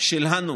שלנו